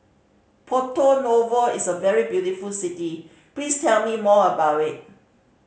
Porto Novo is a very beautiful city please tell me more about it